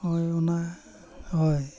ᱦᱳᱭ ᱚᱱᱟ ᱦᱳᱭ